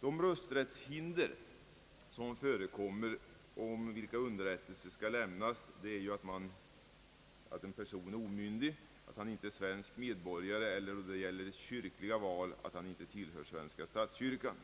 De rösträttshinder som förekommer och om vilka underrättelse skall lämnas är att en person är omyndig, att han inte är svensk medborgare eller, då det gäller kyrkliga val, att han inte tillhör svenska statskyrkan.